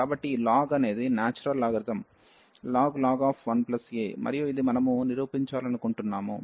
కాబట్టి ఈ లాగ్ అనేది నాచురల్ లాగరిథమిక్ log 1a మరియు ఇది మనము నిరూపించాలనుకుంటున్నాము